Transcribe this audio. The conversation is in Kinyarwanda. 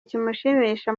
kimushimisha